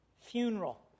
Funeral